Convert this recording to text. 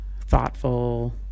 thoughtful